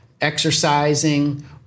exercising